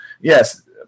yes